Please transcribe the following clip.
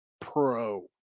pro